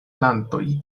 plantoj